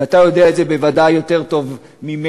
ואתה יודע את זה בוודאי יותר טוב ממני,